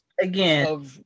again